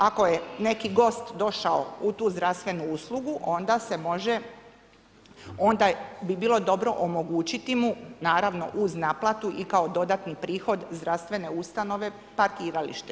Ako je neki gost došao u tu zdravstvenu uslugu, onda bi bilo dobro omogućiti mu, naravno uz naplatu, i kao dodatni prihod zdravstvene ustanove parkiralište.